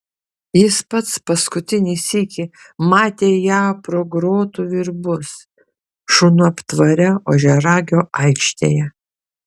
jis pats paskutinį sykį matė ją pro grotų virbus šunų aptvare ožiaragio aikštėje